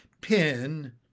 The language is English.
Pin